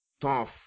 tough